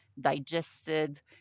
digested